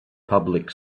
public